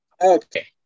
Okay